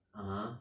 (uh huh)